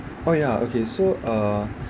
oh ya okay so uh